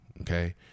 Okay